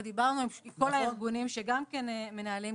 ודיברנו עם כל הארגונים שגם כן מנהלים,